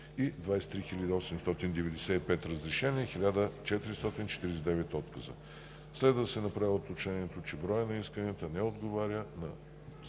23 895 разрешения и 1449 отказа. Следва да се направи уточнението, че броят на исканията не отговаря на